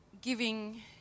giving